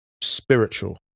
spiritual